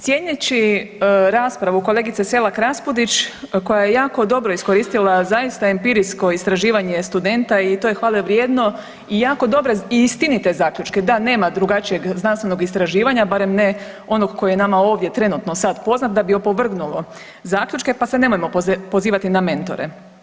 Cijeneći raspravu kolegice Selak Raspudić koja je jako dobro iskoristila zaista empirijsko istraživanje studenta i to je hvale vrijedno i jako dobro i istinite zaključke, da nema drugačijeg znanstvenog istraživanja, barem ne onog koji je nama ovdje trenutno sad poznat, da bi opovrgnulo zaključke, pa se nemojmo pozivati na mentore.